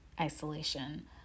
isolation